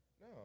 No